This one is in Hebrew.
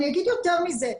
אני אגיד יותר מזה.